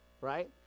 right